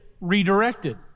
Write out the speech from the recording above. redirected